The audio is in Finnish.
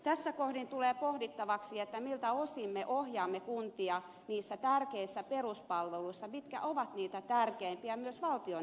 tässä kohdin tulee pohdittavaksi miltä osin me ohjaamme kuntia niissä tärkeissä peruspalveluissa jotka ovat niitä tärkeimpiä myös valtion näkökulmasta